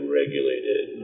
regulated